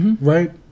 Right